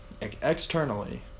externally